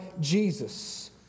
Jesus